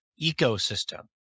ecosystem